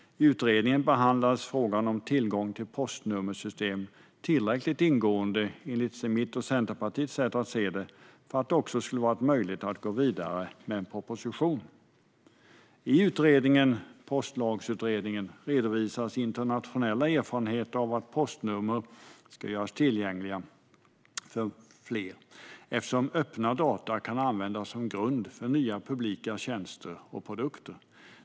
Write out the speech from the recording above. I Postlagsutredningen behandlades, enligt mitt och Centerpartiets sätt att se det, frågan om tillgång till postnummersystemet tillräckligt ingående för att det skulle ha varit möjligt att gå vidare med en proposition. I Postlagsutredningen redovisas internationella erfarenheter av att postnummer ska göras tillgängliga för fler eftersom öppna data kan användas som grund för nya publika tjänster och produkter.